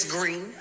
Green